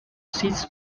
sits